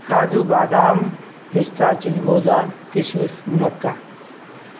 کاجو بادام پستہ چلگوزہ کشمش منکا